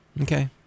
Okay